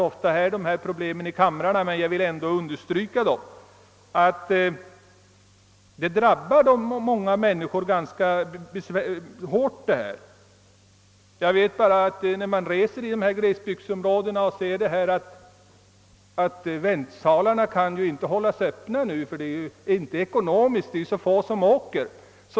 När man reser i dessa glesbygder finner man att väntsalarna inte kan hållas öppna — det är inte ekonomiskt eftersom så få åker.